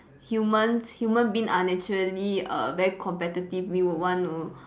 humans human being are naturally err very competitive we would want to